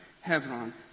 Hebron